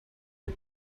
que